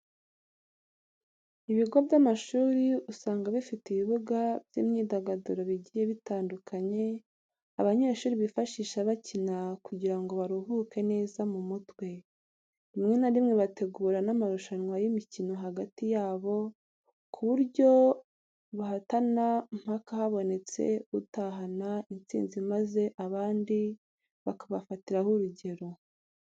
Ibigo by'amashuri usanga bifite ibibuga by'imyidagaduro bijyiye bitandukanye ,abanyeshuri bifashisha bacyina kujyira ngo baruhuke neza mu mutwe. Rimwe na rimwe bategura n'amarushanwa y'imicyino hagati yabo ku buryo bahatana mpaka habonetse utahana insinzi maze abandi bakabafatiraho urujyero.